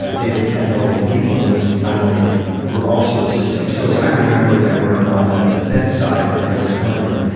ah david kendall and people at williams and connelly were also assisting so as i remember, there were on the defense side for president clinton,